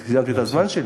סיימתי את הזמן שלי?